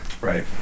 Right